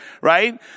right